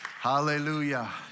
Hallelujah